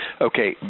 okay